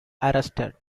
arrested